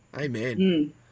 amen